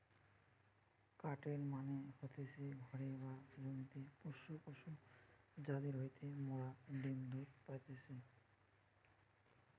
কাটেল মানে হতিছে ঘরে বা জমিতে পোষ্য পশু যাদির হইতে মোরা ডিম্ দুধ পাইতেছি